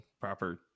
Proper